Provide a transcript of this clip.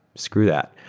screw that.